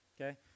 okay